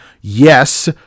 yes